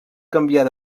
canviar